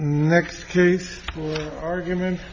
next case argument